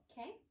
Okay